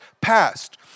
past